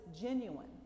genuine